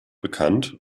bekannt